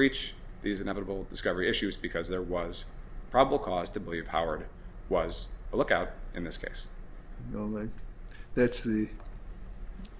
reach these inevitable discovery issues because there was probable cause to believe howard was a lookout in this case the only that's the